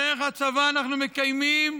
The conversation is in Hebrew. דרך הצבא אנחנו מקיימים